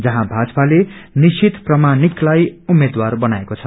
जहाँ भाजपाले निशिथ प्रमाणिक लाई उम्मेद्वार बनाएको छ